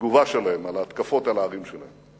בתגובה שלהם על ההתקפות על הערים שלהם.